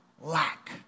lack